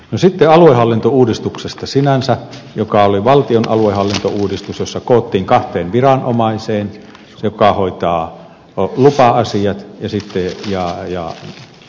sitten aluehallintouudistuksesta sinänsä joka oli valtion aluehallintouudistus jossa koottiin asiat kahteen viranomaiseen joista ensimmäinen hoitaa lupa asiat ja niin edelleen